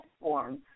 form